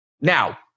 Now